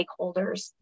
stakeholders